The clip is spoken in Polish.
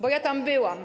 Bo ja tam byłam.